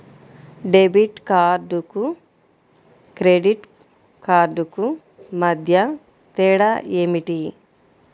Debit కార్డుకు credit కార్డుకు మధ్య తేడా ఏమిటీ?